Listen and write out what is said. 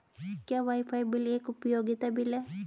क्या wifi bill एक उपयोगिता बिल है?